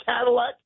Cadillac